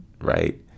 right